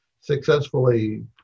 successfully